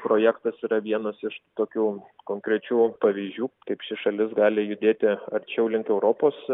projektas yra vienas iš tokių konkrečių pavyzdžių kaip ši šalis gali judėti arčiau link europos